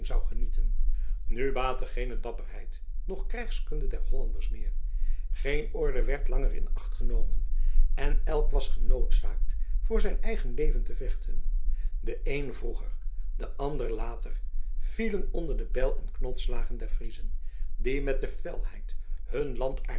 zou genieten nu baatte geene dapperheid noch krijgskunde der hollanders meer geen orde werd langer in acht genomen en elk was genoodzaakt voor zijn eigen leven te vechten de een vroeger de ander later vielen onder de bijlen knotsslagen der friezen die met de felheid hun